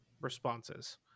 responses